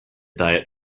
diet